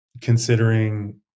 considering